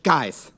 Guys